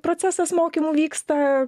procesas mokymų vyksta